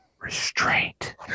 Restraint